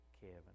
Kevin